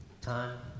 time